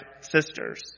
sisters